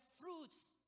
fruits